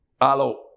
Alo